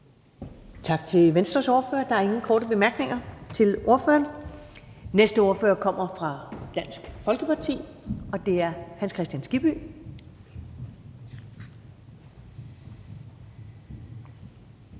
Tak til Venstres ordfører. Der er ingen korte bemærkninger til ordføreren. Den næste ordfører kommer fra Dansk Folkeparti, og det er Hans Kristian Skibby.